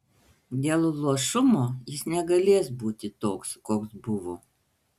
dėl luošumo jis negalės būti toks koks buvo